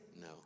No